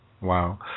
Wow